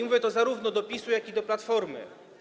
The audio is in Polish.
Mówię to zarówno do PiS-u, jak i do Platformy.